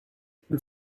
plus